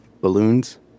balloons